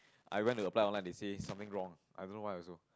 I went to apply online they say something wrong I don't know why also